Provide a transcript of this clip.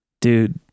dude